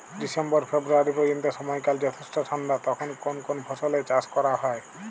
December ফেব্রুয়ারি পর্যন্ত সময়কাল যথেষ্ট ঠান্ডা তখন কোন কোন ফসলের চাষ করা হয়?